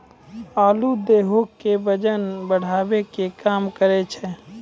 आलू देहो के बजन बढ़ावै के काम करै छै